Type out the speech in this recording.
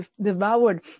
devoured